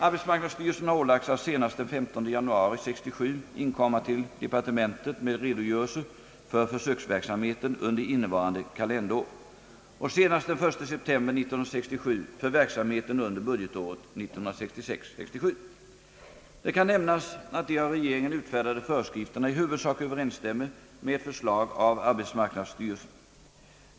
Arbetsmarknadsstyrelsen har ålagts att senast den 15 januari 1967 inkomma till inrikesdepartementet med redogörelse för försöksverksamheten under innevarande kalenderår och senast den 1 september 1967 för verksamheten under budgetåret 1966/67. Det kan nämnas att de av regeringen utfärdade föreskrifterna i huvudsak överensstämmer med ett förslag av arbetsmarknadsstyrelsen.